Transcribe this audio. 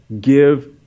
give